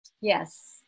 Yes